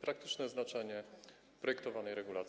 praktycznie znaczenie projektowanej regulacji.